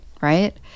right